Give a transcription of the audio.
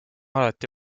alati